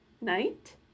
night